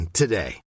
today